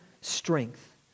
strength